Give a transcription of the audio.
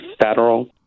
federal